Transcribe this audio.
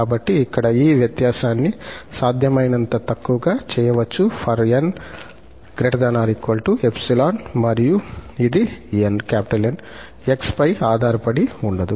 కాబట్టి ఇక్కడ ఈ వ్యత్యాసాన్ని సాధ్యమైనంత తక్కువగా చేయవచ్చు ∀ 𝑛 ≥ 𝜖 మరియు ఇది𝑁 𝑥 పై ఆధారపడి ఉండదు